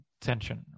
tension